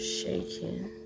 shaking